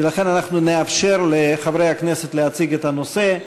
ולכן אנחנו נאפשר לחברי הכנסת להציג את הנושא.